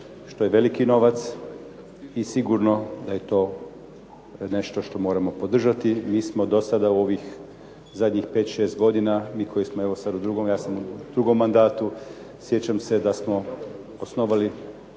što je veliki novac i sigurno da je to nešto što moramo podržati. Mi smo do sada u ovih zadnjih pet, šest godina, mi koji smo evo sad u drugom, ja sam u drugom mandatu, sjećam se da smo osnovali